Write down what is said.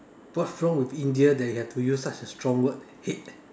what's wrong with India that you have to use such a strong word hate